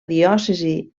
diòcesi